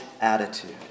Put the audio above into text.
attitude